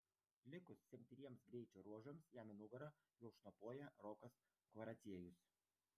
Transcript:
likus septyniems greičio ruožams jam į nugarą jau šnopuoja rokas kvaraciejus